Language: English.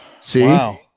see